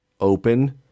open